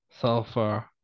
sulfur